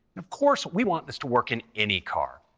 of course, we want this to work in any car,